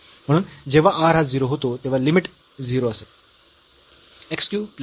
म्हणून जेव्हा r हा 0 होतो तेव्हा लिमिट 0 असेल